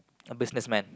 a business man